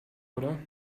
oder